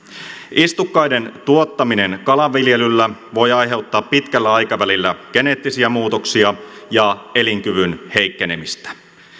istukkaiden tuottaminen kalanviljelyllä voi aiheuttaa pitkällä aikavälillä geneettisiä muutoksia ja elinkyvyn heikkenemistä